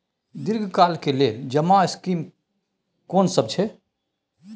दीर्घ काल के लेल जमा स्कीम केना सब छै?